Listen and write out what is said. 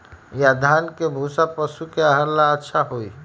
या धान के भूसा पशु के आहार ला अच्छा होई?